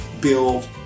build